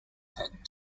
had